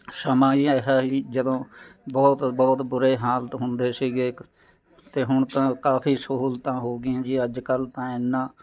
ਸਮਾਂ ਹੀ ਐਸਾ ਸੀ ਜਦੋਂ ਬਹੁਤ ਬਹੁਤ ਬੁਰੇ ਹਾਲਾਤ ਹੁੰਦੇ ਸੀਗੇ ਕ ਅਤੇ ਹੁਣ ਤਾਂ ਕਾਫ਼ੀ ਸਹੂਲਤਾਂ ਹੋ ਗਈਆਂ ਜੀ ਅੱਜ ਕੱਲ੍ਹ ਤਾਂ ਐਨਾ